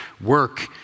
work